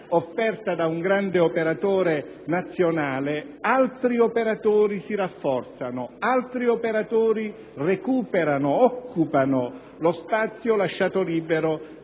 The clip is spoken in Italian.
offerta da un grande operatore nazionale, altri operatori si rafforzano, altri operatori recuperano, occupano lo spazio lasciato libero